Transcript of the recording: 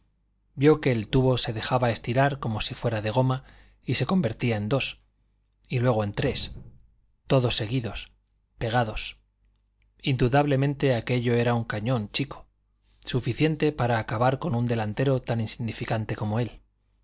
vio que el tubo se dejaba estirar como si fuera de goma y se convertía en dos y luego en tres todos seguidos pegados indudablemente aquello era un cañón chico suficiente para acabar con un delantero tan insignificante como él